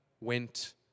went